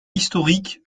historiques